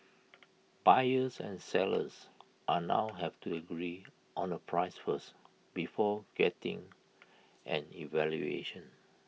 buyers and sellers are now have to agree on A price first before getting an evaluation